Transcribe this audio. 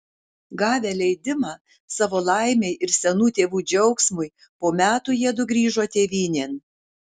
gavę leidimą savo laimei ir senų tėvų džiaugsmui po metų jiedu grįžo tėvynėn